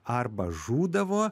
arba žūdavo